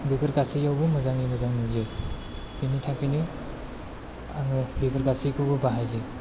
बेफोर गासैयावबो मोजाङै मोजां नुयो बेनि थाखायनो आङो बेफोर गासैखौबो बाहायो